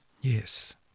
Yes